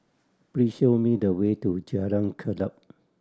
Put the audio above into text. please show me the way to Jalan